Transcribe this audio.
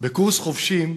בקורס חובשים,